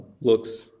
looks